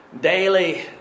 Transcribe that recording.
daily